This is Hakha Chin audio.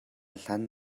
hlan